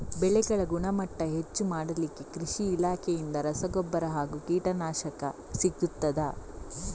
ಬೆಳೆಗಳ ಗುಣಮಟ್ಟ ಹೆಚ್ಚು ಮಾಡಲಿಕ್ಕೆ ಕೃಷಿ ಇಲಾಖೆಯಿಂದ ರಸಗೊಬ್ಬರ ಹಾಗೂ ಕೀಟನಾಶಕ ಸಿಗುತ್ತದಾ?